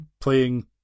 playing